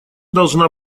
должна